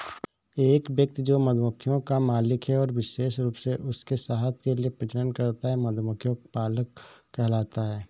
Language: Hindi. एक व्यक्ति जो मधुमक्खियों का मालिक है और विशेष रूप से उनके शहद के लिए प्रजनन करता है, मधुमक्खी पालक कहलाता है